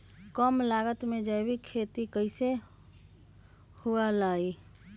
कम लागत में जैविक खेती कैसे हुआ लाई?